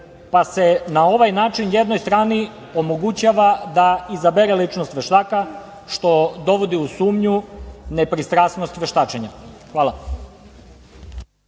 pa se na ovaj način jednoj strani omogućava da izabere ličnost veštaka, što dovodi u sumnju nepristrasnost veštačenja. Hvala.